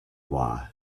why